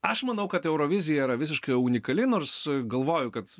aš manau kad eurovizija yra visiškai unikali nors galvoju kad